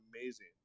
amazing